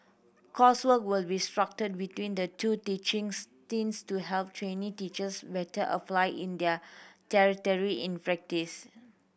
coursework will be structured between the two teaching stints to help trainee teachers better apply in their theory in practice